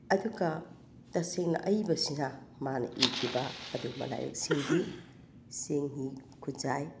ꯑꯗꯨꯒ ꯇꯁꯦꯡꯅ ꯑꯏꯕꯁꯤꯅ ꯃꯥꯅ ꯏꯈꯤꯕ ꯑꯗꯨꯒꯨꯝꯕ ꯂꯥꯏꯔꯤꯛꯁꯤꯡꯗꯤ ꯆꯦꯡꯍꯤ ꯈꯨꯖꯥꯏ